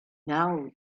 now